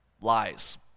lies